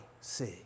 see